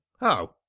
How